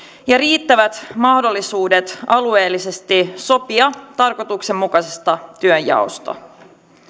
ja riittävät mahdollisuudet alueellisesti sopia tarkoituksenmukaisesta työnjaosta